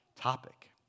topic